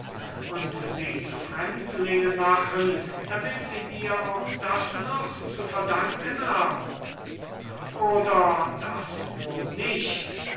und sie zu fremdlingen machen damit sie dir auch das noch zu verdanken haben oder das wohl nicht